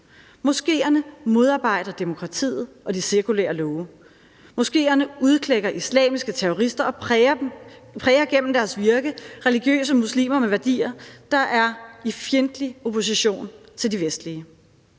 Moskeerne modarbejder demokratiet og de sekulære love. Moskeerne udklækker islamiske terrorister og præger gennem deres virke religiøse muslimer med værdier, der er i fjendtlig opposition til de vestlige.